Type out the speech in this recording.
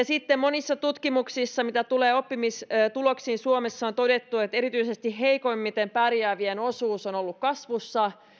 sitten monissa tutkimuksissa mitä tulee oppimistuloksiin suomessa on todettu että erityisesti heikoimmin pärjäävien osuus on ollut kasvussa